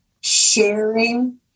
sharing